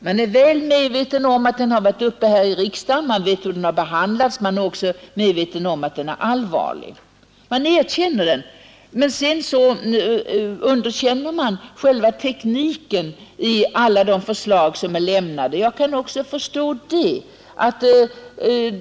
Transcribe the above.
Man är väl medveten om att den har varit uppe här i riksdagen, man vet hur den har behandlats och man erkänner också att den är allvarlig. Men sedan underkänner man själva tekniken i alla de förslag som har framlagts. Jag kan förstå också det.